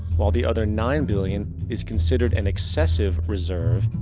while the other nine billion is considered an excessive reserve,